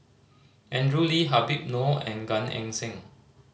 Andrew Lee Habib Noh and Gan Eng Seng